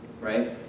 right